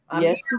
Yes